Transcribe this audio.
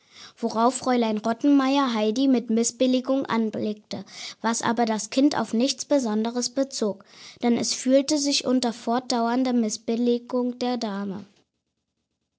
worauf fräulein rottenmeier heidi mit missbilligung anblickte was aber das kind auf nichts besonderes bezog denn es fühlte sich unter fortdauernder missbilligung der dame